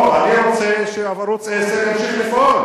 אני רוצה שערוץ-10 ימשיך לפעול.